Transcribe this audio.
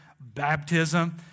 Baptism